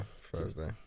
Thursday